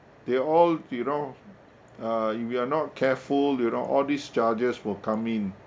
they all you know uh if you're not careful you know all these charges will come in